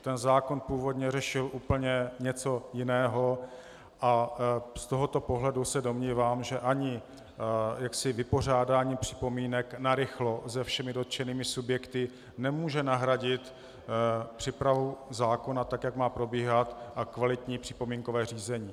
Ten zákon původně řešil úplně něco jiného a z tohoto pohledu se domnívám, že ani vypořádání připomínek narychlo se všemi dotčenými subjekty nemůže nahradit přípravu zákona tak, jak má probíhat, a kvalitní připomínkové řízení.